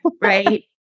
right